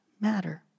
matter